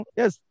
yes